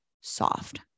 soft